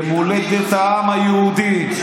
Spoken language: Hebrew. למולדת העם היהודי.